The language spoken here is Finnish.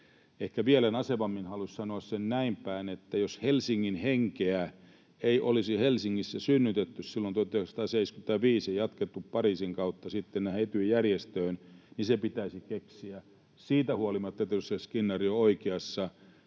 Ehkä vielä nasevammin haluaisin sanoa sen näinpäin, että jos Helsingin henkeä ei olisi Helsingissä synnytetty silloin 1975 ja jatkettu Pariisin kautta sitten tähän Ety-järjestöön, niin se pitäisi keksiä — siitä huolimatta, että edustaja Skinnari on oikeassa,